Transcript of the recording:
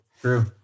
true